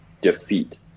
defeat